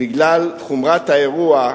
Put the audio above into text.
בגלל חומרת האירוע,